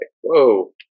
whoa